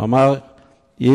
אני